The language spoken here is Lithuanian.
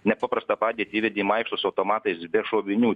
nepaprastą padėtį įvedė vaikšto su automatais be šovinių